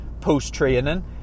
post-training